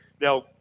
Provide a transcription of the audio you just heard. now